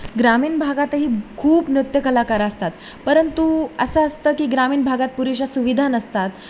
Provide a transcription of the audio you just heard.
ग्रामीण भागातही खूप नृत्य कलाकार असतात परंतु असं असतं की ग्रामीण भागात पुरेशा सुविधा नसतात